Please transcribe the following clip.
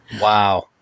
Wow